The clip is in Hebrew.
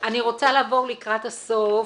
אני רוצה לעבור לקראת הסוף.